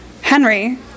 Henry